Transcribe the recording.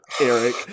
Eric